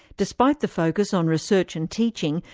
despite the focus on research and teaching,